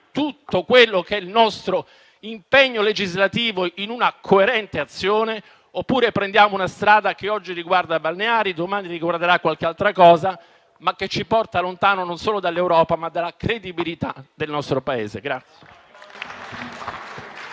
tutto il nostro impegno legislativo in una coerente azione, oppure prendiamo una strada che oggi riguarda i balneari, domani riguarderà qualche altra cosa, ma che ci porta lontano non solo dall'Europa, ma dalla credibilità del nostro Paese.